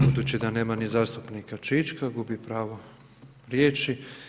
Budući da nema ni zastupnika Čička, gubi pravo riječi.